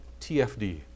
TFD